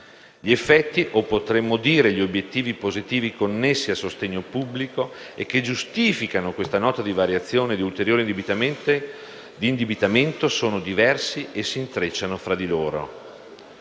Gli effetti, o potremmo dire gli obiettivi positivi connessi al sostegno pubblico e che giustificano questa nota di variazione e di ulteriore indebitamento, sono diversi e si intrecciano fra loro: